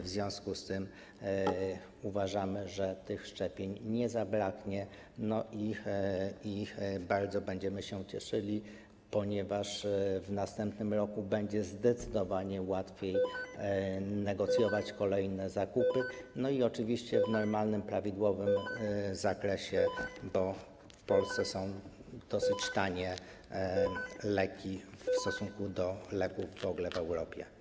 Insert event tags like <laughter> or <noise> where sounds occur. W związku z tym uważamy, że tych szczepionek nie zabraknie, i będziemy się bardzo cieszyli, ponieważ w następnym roku będzie zdecydowanie łatwiej <noise> negocjować kolejne zakupy, oczywiście w normalnym, prawidłowym zakresie, bo w Polsce są dosyć tanie leki w porównaniu do leków w ogóle w Europie.